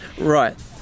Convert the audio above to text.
right